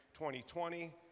2020